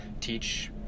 teach